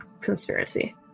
conspiracy